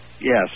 Yes